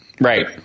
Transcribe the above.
Right